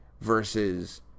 Versus